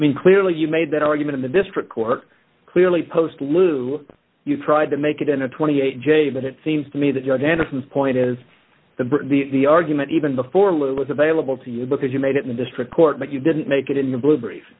i mean clearly you made that argument in the district court clearly post lou you tried to make it in a twenty eight j but it seems to me that your vantage point is that the argument even before lou was available to you because you made it in a district court but you didn't make it in the blue brief